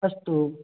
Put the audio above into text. अस्तु